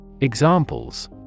Examples